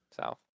South